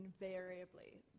invariably